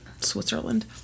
Switzerland